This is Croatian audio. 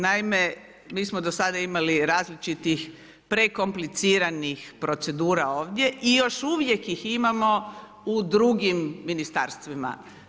Naime, mi smo do sada imali različitih prekompliciranih ovdje i još uvijek ih imamo u drugim ministarstvima.